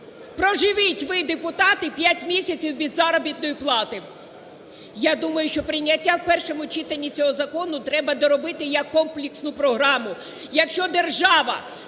Проживіть ви, депутати, п'ять місяців без заробітної плати. Я думаю, що прийняття в першому читанні цього закону треба доробити як комплексну програму.